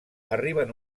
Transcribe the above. arriben